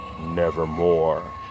nevermore